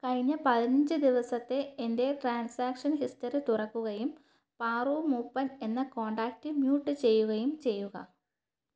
കഴിഞ്ഞ പതിനഞ്ച് ദിവസത്തെ എൻ്റെ ട്രാൻസാക്ഷൻ ഹിസ്റ്ററി തുറക്കുകയും പാറു മൂപ്പൻ എന്ന കോൺടാക്റ്റ് മ്യൂട്ട് ചെയ്യുകയും ചെയ്യുക